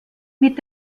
mit